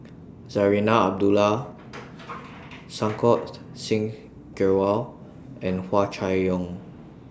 Zarinah Abdullah Santokh Singh Grewal and Hua Chai Yong